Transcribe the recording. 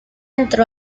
entró